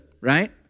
right